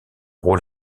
rôle